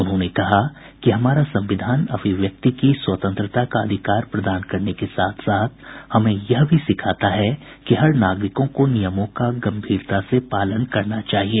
उन्होंने कहा कि हमारा संविधान अभिव्यक्ति की स्वतंत्रता का अधिकार प्रदान करने के साथ साथ हमें यह भी सिखाता है कि हर नागरिक को नियमों का गंभीरता से पालन करना चाहिए